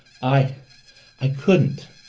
i i couldn't.